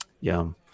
yum